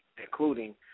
Including